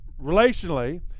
relationally